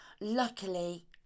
Luckily